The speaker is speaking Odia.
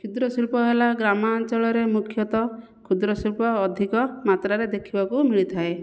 କ୍ଷୁଦ୍ର ଶିଳ୍ପ ହେଲା ଗ୍ରାମାଞ୍ଚଳରେ ମୁଖ୍ୟତଃ କ୍ଷୁଦ୍ର ଶିଳ୍ପ ଅଧିକ ମାତ୍ରାରେ ଦେଖିବାକୁ ମିଳିଥାଏ